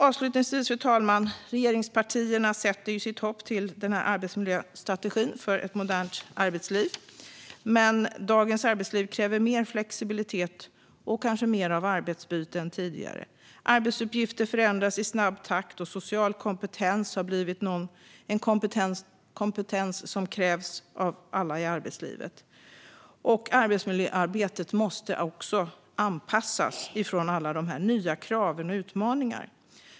Avslutningsvis, fru talman, sätter regeringspartierna sitt hopp till en arbetsmiljöstrategi för ett modernt arbetsliv. Men dagens arbetsliv kräver mer flexibilitet och mer av arbetsbyte än tidigare. Arbetsuppgifter förändras i snabb takt, och social kompetens är något som krävs av alla i arbetslivet. Arbetsmiljöarbetet måste också anpassas med avseende på alla nya krav och utmaningar.